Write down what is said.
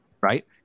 right